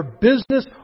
business